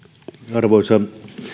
arvoisa